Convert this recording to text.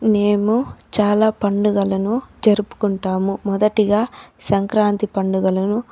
మేము చాలా పండుగలను జరుపుకుంటాము మొదటగా సంక్రాంతి పండుగలను